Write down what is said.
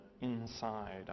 inside